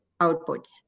outputs